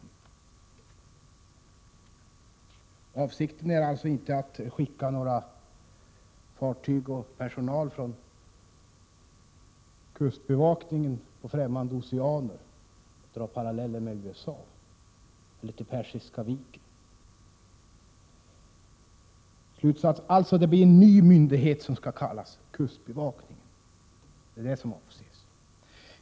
Avsikten är alltså inte att skicka några fartyg eller någon personal från kustbevakningen till ffrämmande oceaner — för att dra en parallell med USA:s verksamhet i Persiska viken. Den nya myndighet som skall bildas kommer att kallas kustbevakningen.